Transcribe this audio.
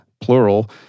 plural